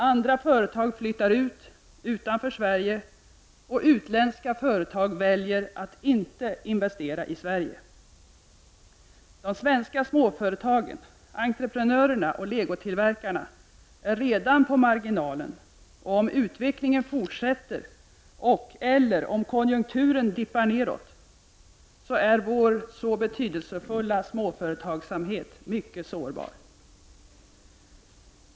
Andra företag flyttar ut från Sverige, och utländska företag väljer att inte investera i vårt land. De svenska småföretagen, entreprenörerna och legotillverkarna lever redan på marginalen, och om utvecklingen fortsätter och/eller konjunkturen vänder nedåt är vår så betydelsefulla småföretagsamhet mycket sårbar.